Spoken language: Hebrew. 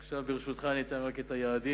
עכשיו, ברשותך, אני אציג רק את היעדים,